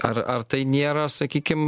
ar ar tai nėra sakykim